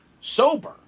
sober